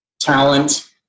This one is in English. talent